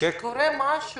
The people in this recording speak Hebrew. כשקורה משהו.